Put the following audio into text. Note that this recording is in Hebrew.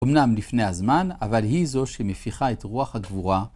אמנם לפני הזמן אבל היא זו שמפיחה את רוח הגבורה.